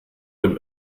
dem